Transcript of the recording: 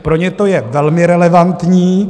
Pro ně to je velmi relevantní.